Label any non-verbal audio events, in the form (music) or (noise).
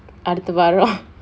அடுத்த வாரம்:adutha vaaram (laughs)